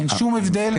אין שום הבדל.